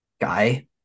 guy